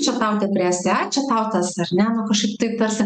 čia tau depresija a čia tau tas ar ne nu kažkaip tai tarsi